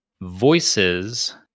voices